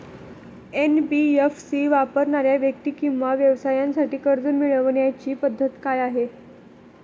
NBFC वापरणाऱ्या व्यक्ती किंवा व्यवसायांसाठी कर्ज मिळविण्याची पद्धत काय आहे?